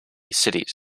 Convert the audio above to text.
cities